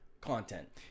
content